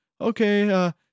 okay